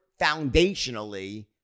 foundationally